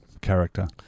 character